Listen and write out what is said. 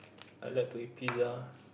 I like to eat pizza